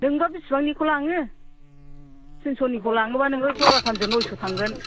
नोंबा बेसेबांनिखौ लाङो थिनस'निखौ लाङोबा नोङो जराथामजों नयस' थांगोन